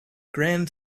grand